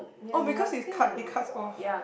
oh because it's cut it cuts off